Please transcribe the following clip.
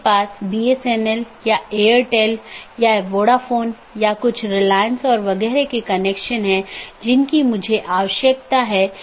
पथ को पथ की विशेषताओं के रूप में रिपोर्ट किया जाता है और इस जानकारी को अपडेट द्वारा विज्ञापित किया जाता है